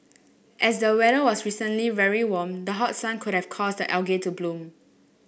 as the weather was recently very warm the hot sun could have caused the algae to bloom